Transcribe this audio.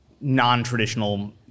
non-traditional